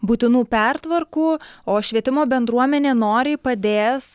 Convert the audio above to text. būtinų pertvarkų o švietimo bendruomenė noriai padės